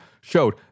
showed